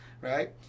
right